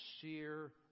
sincere